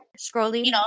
Scrolling